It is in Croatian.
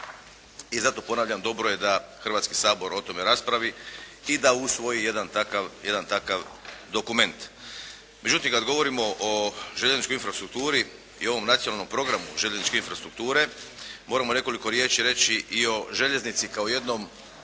I zato ponavljam, dobro je da Hrvatski sabor o tome raspravi i da usvoji jedan takav dokument. Međutim, kad govorimo o željezničkoj infrastrukturi i ovom Nacionalnom programu željezničke infrastrukture moramo nekoliko riječi reći i o željeznici kao jednom